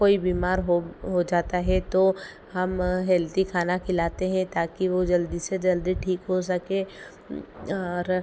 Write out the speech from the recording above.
कोई बीमार हो हो जाता है तो हम हैल्दी खाना खिलाते हैं ताकि वह जल्दी से जल्दी ठीक हो सके और